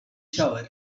shower